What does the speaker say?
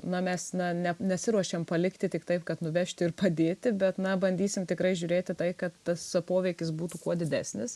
na mes na ne nesiruošiam palikti tik taip kad nuvežti ir padėti bet na bandysim tikrai žiūrėti tai kad tas poveikis būtų kuo didesnis